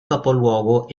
capoluogo